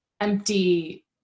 empty